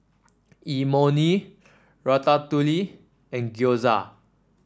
Imoni Ratatouille and Gyoza